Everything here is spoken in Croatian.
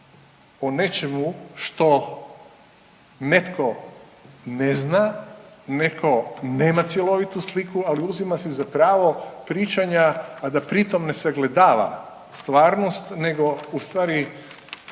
o nečemu što netko ne zna, netko nema cjelovitu sliku ali uzima si za pravo pričanja, a da pritom ne sagledava stvarnost, nego u stvari